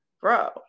bro